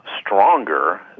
stronger